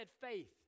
faith